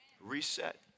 Reset